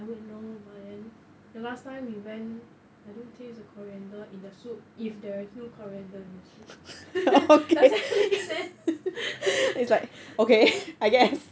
I would know but then the last time we went I don't taste the coriander in the soup if there is no coriander in the soup does that make sense